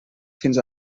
fins